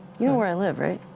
you know where i live, right?